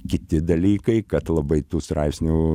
kiti dalykai kad labai tų straipsnių